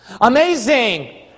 Amazing